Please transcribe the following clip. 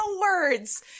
words